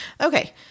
Okay